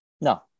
no